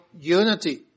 unity